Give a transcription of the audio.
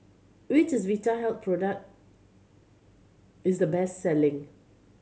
which Vitahealth product is the best selling